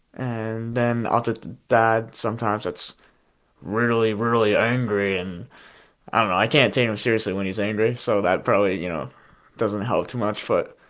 and then i'll get the dad sometimes that's really, really angry and i can't take him seriously when he's angry so that probably you know doesn't help too much. but